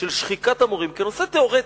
של שחיקת המורים כנושא תיאורטי,